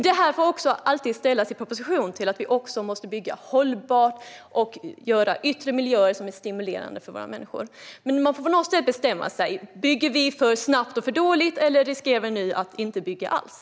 Detta måste dock alltid ställas mot att vi också måste bygga hållbart och göra yttre miljöer som är stimulerande för människor. Någonstans måste ni bestämma er. Bygger vi för snabbt och för dåligt, eller gör vi så att det inte byggs alls?